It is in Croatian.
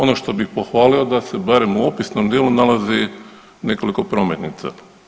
Ono što bih pohvalio da se barem u opisnom dijelu nalazi nekoliko prometnica.